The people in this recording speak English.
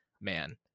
Man